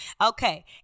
Okay